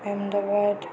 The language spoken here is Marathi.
अहमदाबाद